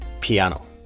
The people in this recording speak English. Piano